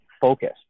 focused